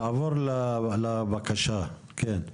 תעבור לבקשה כן.